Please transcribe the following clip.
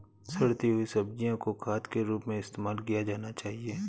सड़ती हुई सब्जियां को खाद के रूप में इस्तेमाल किया जाना चाहिए